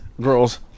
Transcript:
girls